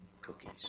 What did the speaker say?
cookies